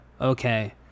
Okay